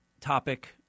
topic